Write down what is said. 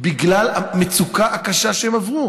בגלל המצוקה הקשה שהם עברו.